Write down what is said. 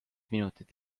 minutit